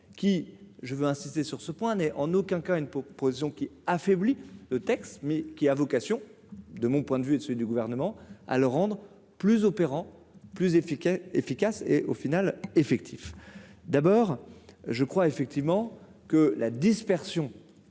qui je veux insister sur ce point n'est en aucun cas une proposition qui affaiblit le texte mais qui a vocation, de mon point de vue de ceux du gouvernement, à le rendre plus opérant plus efficace, efficace et au final effectif d'abord je crois effectivement que la dispersion